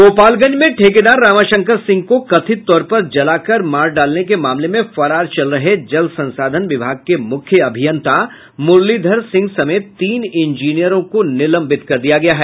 गोपालगंज में ठेकेदार रामाशंकर सिंह को कथित तौर पर जलाकर मार डालने के मामले में फरार चल रहे जल संसाधन विभाग के मुख्य अभियंता मुरलीधर सिंह समेत तीन इंजीनियरों को निलंबित कर दिया गया है